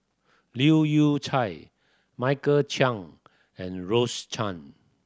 Leu Yew Chye Michael Chiang and Rose Chan